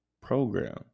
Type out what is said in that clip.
program